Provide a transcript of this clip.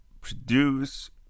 produce